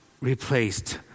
replaced